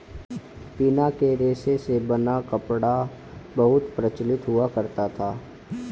पिना के रेशे से बना कपड़ा बहुत प्रचलित हुआ करता था